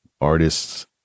artists